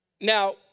Now